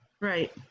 Right